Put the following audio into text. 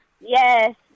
Yes